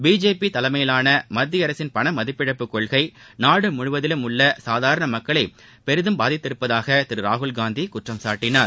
BJP தலைமையிலான மத்திய அரசின் பண மதிப்பிழப்பு கொள்கை நாடு முழுவதிலும் உள்ள சாதாரண மக்களை பெரிதும் பாதித்திருப்பதாக திரு ராகுல்காந்தி குற்றம் சாட்டினார்